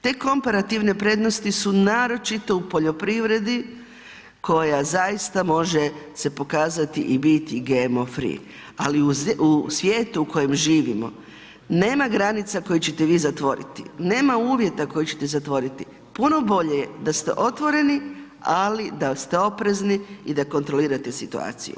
Te komparativne prednosti su naročito u poljoprivredi koja zaista može se pokazati i biti GMO free, ali u svijetu u kojem živimo nema granica koje ćete vi zatvoriti, nema uvjeta koje ćete zatvoriti, puno bolje je da ste otvoreni, ali da ste oprezni i da kontrolirate situaciju.